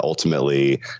ultimately